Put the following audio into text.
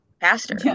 Faster